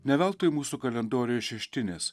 ne veltui mūsų kalendoriuje šeštinės